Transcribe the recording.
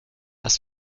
das